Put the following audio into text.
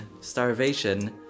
starvation